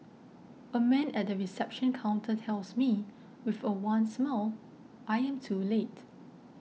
a man at the reception counter tells me with a wan smile I am too late